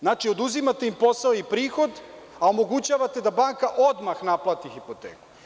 Znači, oduzimate im posao i prihod, a omogućavate da banka odmah naplati hipoteku.